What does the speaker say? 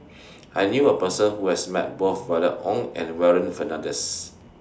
I knew A Person Who has Met Both Violet Oon and Warren Fernandez